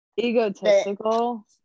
egotistical